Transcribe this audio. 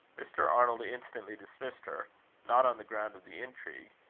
mr. arnold instantly dismissed her not on the ground of the intrigue,